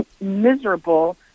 miserable